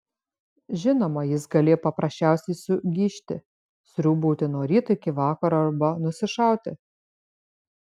žinoma jis galėjo paprasčiausiai sugižti sriūbauti nuo ryto iki vakaro arba nusišauti